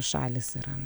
šalys yra